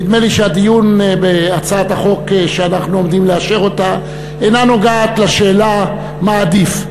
נדמה לי שהדיון בהצעת החוק שאנחנו עומדים לאשר אינו נוגע לשאלה מה עדיף,